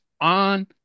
on